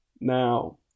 Now